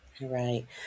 Right